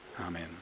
Amen